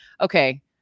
okay